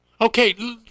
Okay